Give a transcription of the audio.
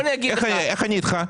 איך אני איתך?